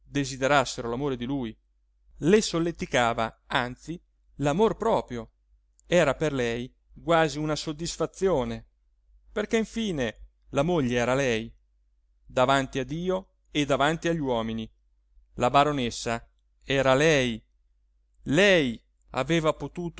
desiderassero l'amore di lui le solleticava anzi l'amor proprio era per lei quasi una soddisfazione perché infine la moglie era lei davanti a dio e davanti agli uomini la baronessa era lei lei aveva